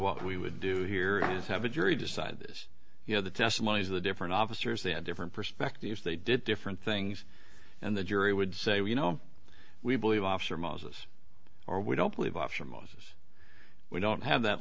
what we would do here is have a jury decide this you know the testimonies of the different officers they had different perspectives they did different things and the jury would say you know we believe officer moses or we don't believe option moses we don't have that